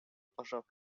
пожав